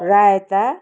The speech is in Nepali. रायता